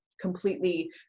completely